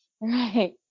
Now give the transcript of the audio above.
Right